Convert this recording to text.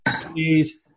Please